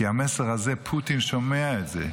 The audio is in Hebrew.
כי את המסר הזה שומע פוטין,